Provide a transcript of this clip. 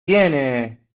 tiene